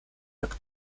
jak